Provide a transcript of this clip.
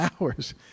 hours